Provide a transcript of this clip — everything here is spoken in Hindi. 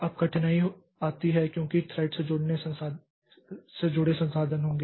अब कठिनाई आती है क्योंकि थ्रेड से जुड़े संसाधन होंगे